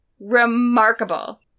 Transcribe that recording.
remarkable